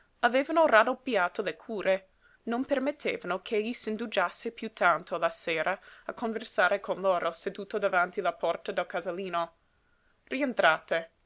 avevano raddoppiato le cure non permettevano ch'egli s'indugiasse piú tanto la sera a conversare con loro seduto davanti la porta del casalino rientrate